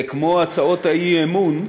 זה כמו הצעות האי-אמון,